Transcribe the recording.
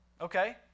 Okay